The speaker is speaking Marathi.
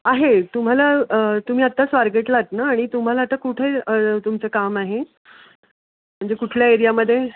आहे तुम्हाला तुम्ही आत्ता स्वारगेटला आहात ना आणि तुम्हाला आता कुठे आहे तुमचं काम आहे म्हणजे कुठल्या एरियामध्ये